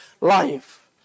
life